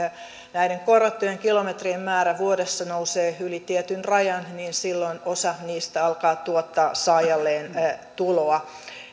näiden korvattujen kilometrien määrä vuodessa nousee yli tietyn rajan niin silloin osa niistä alkaa tuottaa saajalleen tuloa